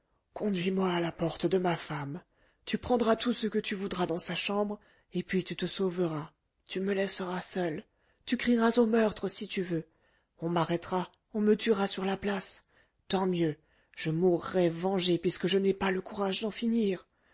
conduis-moi à la porte de ma femme tu prendras tout ce que tu voudras dans sa chambre et puis tu te sauveras tu me laisseras seul tu crieras au meurtre si tu veux on m'arrêtera on me tuera sur la place tant mieux je mourrai vengé puisque je n'ai pas le courage d'en finir